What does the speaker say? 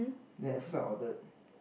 they efficient ordered